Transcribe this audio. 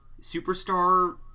Superstar